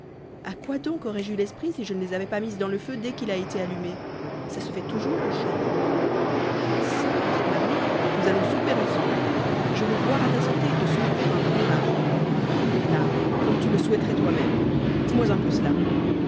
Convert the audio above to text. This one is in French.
a quoi donc aurais-je eu l'esprit si je ne les avais pas mises dans le feu dès qu'il a été allumé ça se fait toujours aux champs ah çà petite marie nous allons souper ensemble je veux boire à ta santé et te souhaiter un bon mari là comme tu le souhaiterais toi-même dis-moi un peu cela